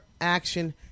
Action